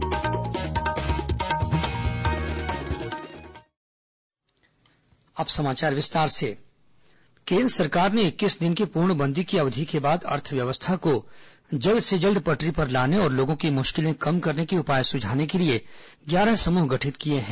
corona अर्थव्यवस्था उपाय केंद्र सरकार ने इक्कीस दिन की पूर्णबंदी की अवधि के बाद अर्थव्यवस्था को जल्द से जल्द पटरी पर लाने और लोगों की मुश्किलें कम करने के उपाय सुझाने के लिए ग्यारह समूह गठित किए हैं